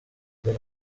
dore